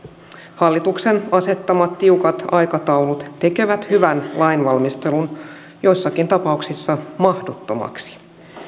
hallituksen asettamat tiukat aikataulut tekevät hyvän lainvalmistelun joissakin tapauksissa mahdottomaksi